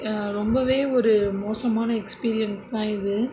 ரொம்பவே ஒரு மோசமான எக்ஸ்பீரியன்ஸ் தான் இது